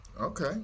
Okay